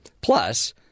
Plus